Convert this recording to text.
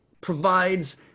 provides